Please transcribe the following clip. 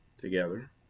together